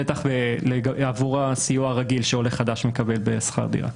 בטח עבור הסיוע הרגיל שעולה חדש מקבל בשכר דירה.